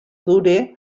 dure